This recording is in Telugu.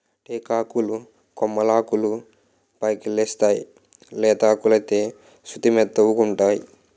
టేకాకులు కొమ్మలాకులు పైకెలేస్తేయ్ లేతాకులైతే సుతిమెత్తగావుంటై